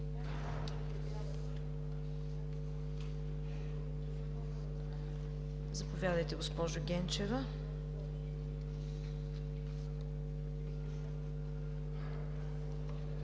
Заповядайте госпожо Ганчева.